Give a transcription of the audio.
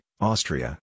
Austria